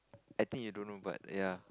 I think you don't know but ya